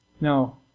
Now